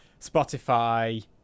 Spotify